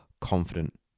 confident